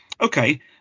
okay